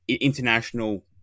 international